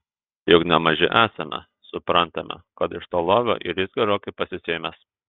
juk ne maži esame suprantame kad iš to lovio ir jis gerokai pasisėmęs